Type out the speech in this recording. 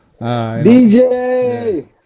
DJ